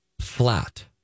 flat